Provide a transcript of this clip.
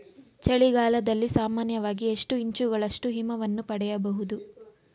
ಚಳಿಗಾಲದಲ್ಲಿ ಸಾಮಾನ್ಯವಾಗಿ ಎಷ್ಟು ಇಂಚುಗಳಷ್ಟು ಹಿಮವನ್ನು ಪಡೆಯಬಹುದು?